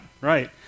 right